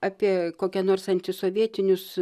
apie kokia nors antisovietinius